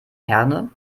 herne